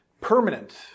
permanent